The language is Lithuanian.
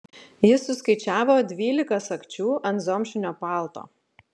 jis suskaičiavo dvylika sagčių ant zomšinio palto